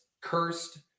cursed